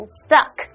stuck 。